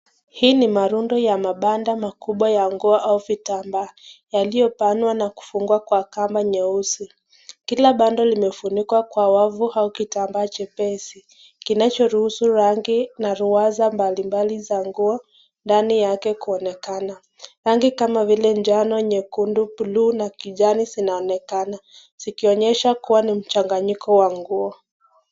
hii ni marundo ya mabanda makubwa ya nguo au vitamba yaliyobanwa na kufungwa kwa kamba nyeusi kila bandle limefunikwa kwa wavu ama kitamba chepesi ninacho ruhusu rangi na ruaza mbali mbali za nguo ndani yake kuonekana rangi kama vile njano, nyekundu, buluu na kijani zinaonekana zikionyesha kuwa ni mchanganyiko wa nguo.